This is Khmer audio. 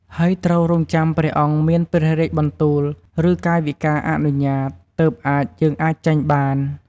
ហើយត្រូវរង់ចាំព្រះអង្គមានព្រះរាជបន្ទូល ឬកាយវិការអនុញ្ញាត ទើបអាចយើងអាចចេញបាន។